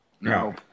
no